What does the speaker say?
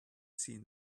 seen